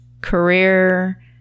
career